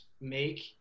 make